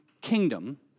kingdom